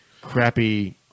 crappy